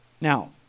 Now